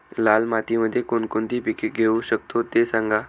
लाल मातीमध्ये कोणकोणती पिके घेऊ शकतो, ते सांगा